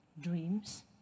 dreams